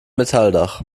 metalldach